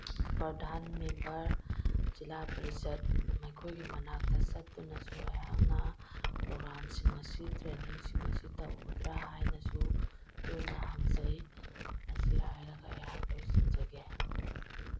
ꯄ꯭ꯔꯙꯥꯟ member zilla parishad ꯃꯈꯣꯏꯒꯤ ꯃꯅꯥꯛꯇ ꯆꯠꯇꯨꯅꯁꯨ ꯑꯩꯍꯥꯛꯅ ꯄ꯭ꯔꯣꯒ꯭ꯔꯥꯝꯁꯤꯡ ꯑꯁꯤ ꯇ꯭ꯔꯦꯅꯤꯡꯁꯤꯡ ꯑꯁꯤ ꯇꯧꯒꯗ꯭ꯔꯥ ꯍꯥꯏꯅꯁꯨ ꯇꯣꯏꯅ ꯍꯪꯖꯩ ꯃꯁꯤ ꯍꯥꯏꯔꯒ ꯑꯩꯍꯥꯛ ꯂꯣꯏꯁꯤꯟꯖꯒꯦ